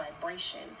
vibration